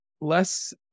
less